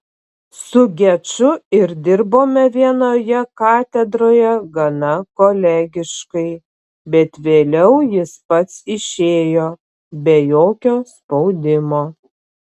su geču ir dirbome vienoje katedroje gana kolegiškai bet vėliau jis pats išėjo be jokio spaudimo